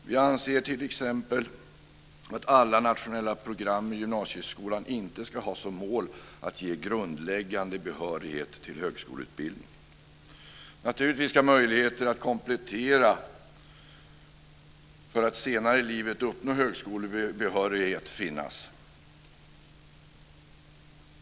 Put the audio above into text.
Vi anser t.ex. att alla nationella program i gymnasieskolan inte ska ha som mål att ge grundläggande behörighet till högskoleutbildning. Naturligtvis ska möjligheter att komplettera för att senare i livet uppnå högskolebehörighet finnas.